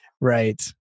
right